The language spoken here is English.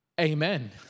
amen